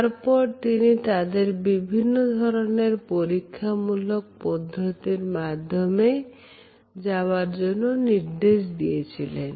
এরপর তিনি তাদের বিভিন্ন ধরনের পরীক্ষামূলক পদ্ধতির মাধ্যমে যাওয়ার জন্য নির্দেশ দিয়েছিলেন